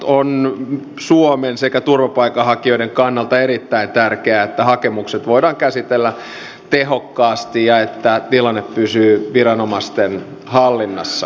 on suomen sekä turvapaikanhakijoiden kannalta erittäin tärkeää että hakemukset voidaan käsitellä tehokkaasti ja että tilanne pysyy viranomaisten hallinnassa